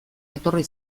etorri